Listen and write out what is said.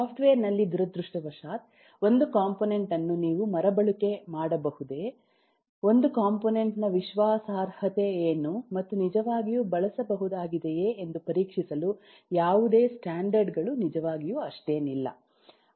software ನಲ್ಲಿ ದುರದೃಷ್ಟವಶಾತ್ ಒಂದು ಕಾಂಪೋನೆಂಟ್ ಅನ್ನು ನೀವು ಮರುಬಳಕೆ ಮಾಡಬಹುದೇ ಒಂದು ಕಾಂಪೋನೆಂಟ್ ನ ವಿಶ್ವಾಸಾರ್ಹತೆ ಏನು ಮತ್ತು ನಿಜವಾಗಿಯೂ ಬಳಸಬಹುದಾಗಿದೆಯೇ ಎಂದು ಪರೀಕ್ಷಿಸಲು ಯಾವುದೇ ಸ್ಟ್ಯಾಂಡರ್ಡ್ ಗಳು ನಿಜವಾಗಿಯೂ ಅಷ್ಟೇನೂ ಇಲ್ಲ